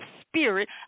spirit